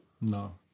No